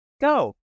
go